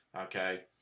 Okay